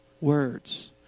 words